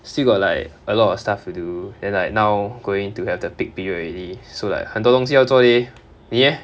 still got like a lot of stuff to do then like now going to have the peak period already so like 很多东西要做 leh 你 leh